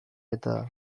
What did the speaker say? eta